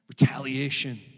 retaliation